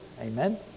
Amen